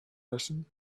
listen